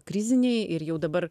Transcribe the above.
kriziniai ir jau dabar